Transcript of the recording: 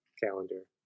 calendar